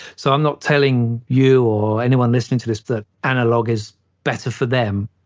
so i'm not telling you or anyone listening to this that analog is better for them,